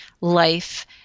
life